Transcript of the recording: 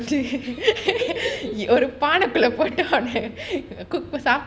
ஒரு பானால பொரிப்பான:oru paanaiyila porippana